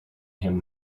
him